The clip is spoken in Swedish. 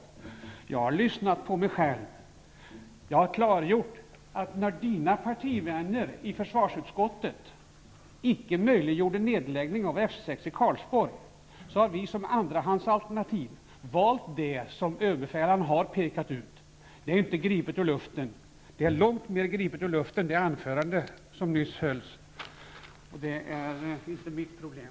Jag har lyssnat och klargjort att när Lars Stjernkvist partivänner i försvarsutskottet icke möjliggjorde en nedläggning av F 6 i Karlsborg, har vi som andrahandsalternativ valt det som överbefälhavaren har pekat ut. Det är inte gripet ur luften. Det anförande som nyss hölls var långt mer gripet ur luften, men det är inte mitt problem.